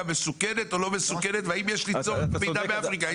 מסוכנת או לא מסוכנת והאם יש לאסוף מידע מאפריקה.